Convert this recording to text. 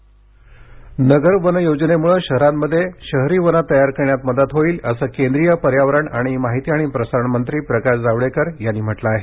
जागतिक वन दिन जावडेकर नगर वन योजनेमुळं शहरांमध्ये शहरी वनं तयार करण्यात मदत होईल असं केंद्रीय पर्यावरण आणि माहिती आणि प्रसारण मंत्री प्रकाश जावडेकर यांनी म्हटलं आहे